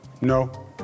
No